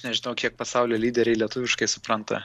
nežinau kiek pasaulio lyderiai lietuviškai supranta